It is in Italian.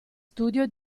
studio